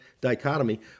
dichotomy